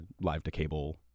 live-to-cable